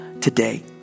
today